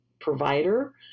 provider